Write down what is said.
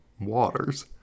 waters